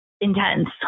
intense